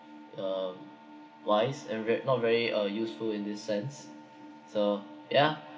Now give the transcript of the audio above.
uh wise and ve~ not very uh useful in this sense so yeah